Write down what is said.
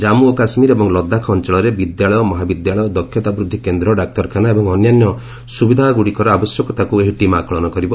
ଜାମ୍ମୁ ଓ କାଶ୍ମୀର ଏବଂ ଲଦାଖ ଅଞ୍ଚଳରେ ବିଦ୍ୟାଳୟ ମହାବିଦ୍ୟାଳୟ ଦକ୍ଷତା ବୃଦ୍ଧି କେନ୍ଦ୍ର ଡାକ୍ତରଖାନା ଏବଂ ଅନ୍ୟାନ୍ୟ ସୁବିଧାଗୁଡ଼ିକର ଆବଶ୍ୟକତାକୁ ଏହି ଟିମ୍ ଆକଳନ କରିବ